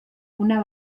una